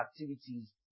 activities